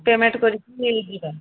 payment କରିକିି ଯିବା